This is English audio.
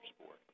sport